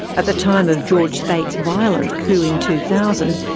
at the time of george speight's violent coup in two thousand,